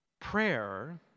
prayer